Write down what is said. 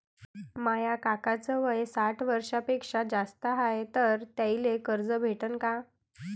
माया काकाच वय साठ वर्षांपेक्षा जास्त हाय तर त्याइले कर्ज भेटन का?